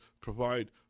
provide